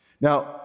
Now